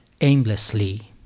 aimlessly